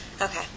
Okay